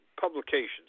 publications